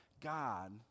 God